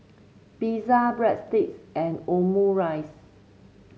Pizza Breadsticks and Omurice